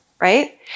Right